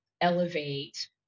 elevate